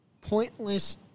pointless